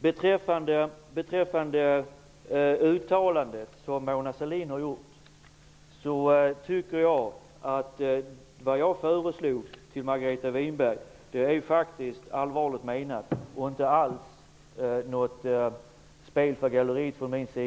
Vad gäller Mona Sahlin uttalande vill jag säga att det som jag föreslog Margareta Winberg är allvarligt menat. Det är inget spel för galleriet jag gör.